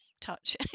touch